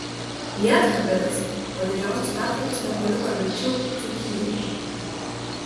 lietkabelis po didžiosios pertraukos nepaliko vilčių dzūkijai